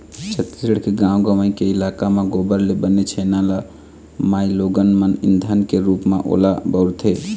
छत्तीसगढ़ के गाँव गंवई के इलाका म गोबर ले बने छेना ल माइलोगन मन ईधन के रुप म ओला बउरथे